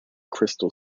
crystal